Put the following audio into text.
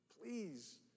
Please